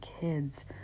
kids